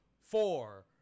Four